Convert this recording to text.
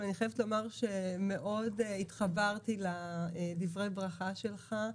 אבל אני חייבת לומר שמאוד התחברתי לדברי ברכה שלך,